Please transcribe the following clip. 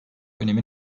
önemi